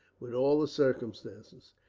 with all the circumstances.